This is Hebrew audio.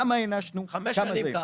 כמה הענשנו --- חמש שנים ככה,